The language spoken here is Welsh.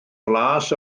flas